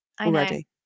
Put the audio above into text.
already